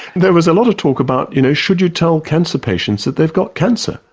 there was a lot of talk about you know should you tell cancer patients that they've got cancer.